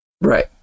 right